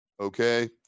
okay